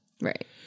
Right